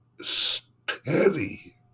steady